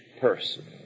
person